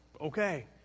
okay